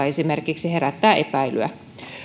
esimerkiksi sähköautoilla herättävät epäilyä